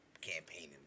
campaigning